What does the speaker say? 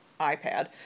iPad